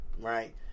right